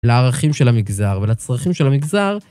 לערכים של המגזר ולצרכים של המגזר.